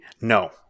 No